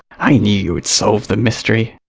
i knew you would solve the mystery.